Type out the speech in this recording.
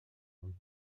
von